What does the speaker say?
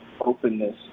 openness